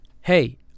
Hey